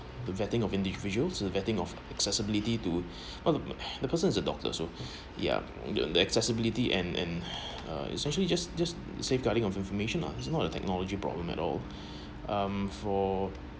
the vetting of individuals it's a vetting of accessibility to the person is a doctor so yeah the the accessibility and and uh it's actually just just safeguarding of information ah it's not a technology problem at all um for